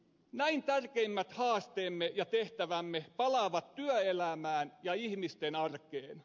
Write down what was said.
näin tärkeimmät haasteemme ja tehtävämme palaavat työelämään ja ihmisten arkeen